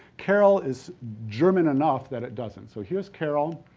carroll is german enough that it doesn't. so, here's carroll.